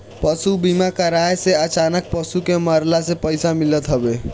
पशु बीमा कराए से अचानक पशु के मरला से पईसा मिलत हवे